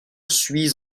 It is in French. suis